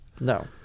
No